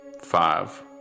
Five